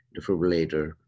defibrillator